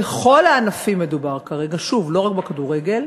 בכל הענפים, לא רק בכדורגל.